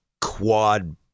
quad